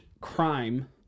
crime